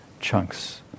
chunks